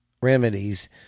remedies